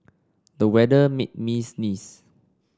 the weather made me sneeze